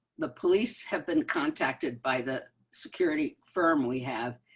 the police have been contacted by the security firm we have,